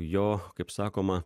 jo kaip sakoma